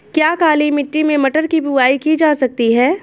क्या काली मिट्टी में मटर की बुआई की जा सकती है?